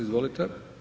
Izvolite.